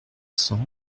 cents